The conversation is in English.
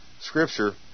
Scripture